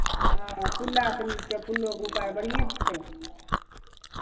हँ पुल्लाके नीचाँ पुल्लोके उपर बढ़िएँसँ छै